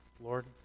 Lord